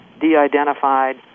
de-identified